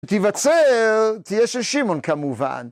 תבצר, תהיה של שמעון כמובן.